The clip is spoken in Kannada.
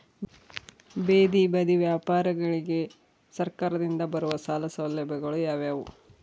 ಬೇದಿ ಬದಿ ವ್ಯಾಪಾರಗಳಿಗೆ ಸರಕಾರದಿಂದ ಬರುವ ಸಾಲ ಸೌಲಭ್ಯಗಳು ಯಾವುವು?